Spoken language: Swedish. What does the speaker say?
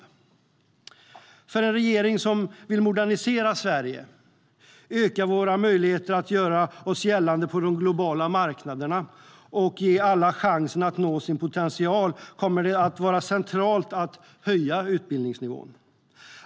För en regering som vill modernisera Sverige, öka våra möjligheter att göra oss gällande på de globala marknaderna och ge alla chansen att nå sin potential kommer det att vara centralt att höja utbildningsnivån.